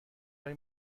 های